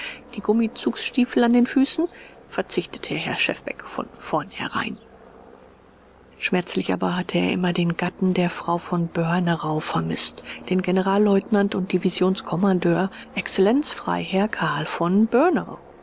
die gummizugstiefel an den füßen verzichtete herr schefbeck von vornherein schmerzlich aber hatte er immer den gatten der frau von börnerau vermißt den generalleutnant und divisionskommandeur exzellenz freiherrn karl von